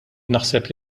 naħseb